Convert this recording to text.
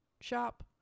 shop